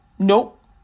Nope